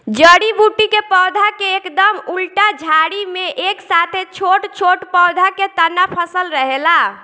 जड़ी बूटी के पौधा के एकदम उल्टा झाड़ी में एक साथे छोट छोट पौधा के तना फसल रहेला